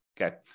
okay